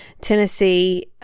Tennessee